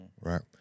right